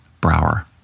Brower